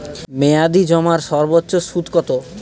মেয়াদি জমার সর্বোচ্চ সুদ কতো?